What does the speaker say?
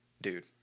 dude